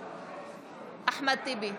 טייב,